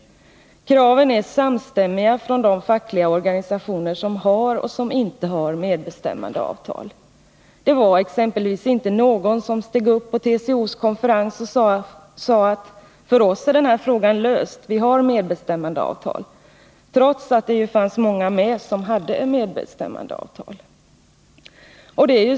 Kraven är samstämmiga från de fackliga organisationer som har resp. inte har medbestämmandeavtal. Det var exempelvis inte någon som steg upp på TCO:s konferens och sade att ”för oss är den här frågan löst — vi har medbestämandeavtal”, trots att det ju fanns många konferensdeltagare som hade medbestämmandeavtal.